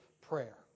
prayer